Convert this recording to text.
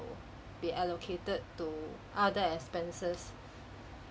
be allocated to other expenses